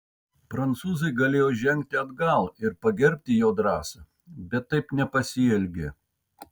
prancūzai galėjo žengti atgal ir pagerbti jo drąsą bet taip nepasielgė